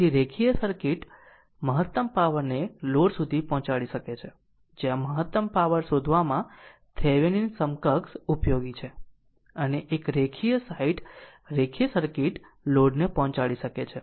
તેથી રેખીય સર્કિટ મહત્તમ પાવર ને લોડ સુધી પહોંચાડી શકે છે જ્યાં મહત્તમ પાવર શોધવામાં થેવેનિન સમકક્ષ ઉપયોગી છે અને એક રેખીય સાઇટ રેખીય સર્કિટ લોડને પહોંચાડી શકે છે